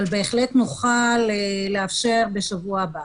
אבל בהחלט נוכל לאפשר בשבוע הבא.